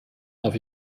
darf